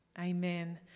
amen